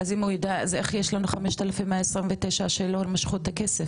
אם הוא יודע אז איך יש לנו 5,129 שלא משכו את הכסף,